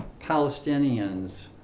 Palestinians